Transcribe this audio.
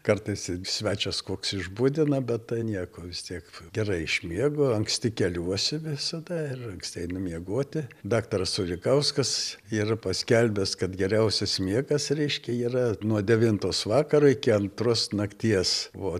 kartais svečias koks išbudina bet tai nieko vis tiek gerai išmiegu anksti keliuosi visada ir anksti einu miegoti daktaras unikauskas yra paskelbęs kad geriausias miegas reiškia yra nuo devintos vakaro iki antros nakties o